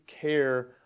care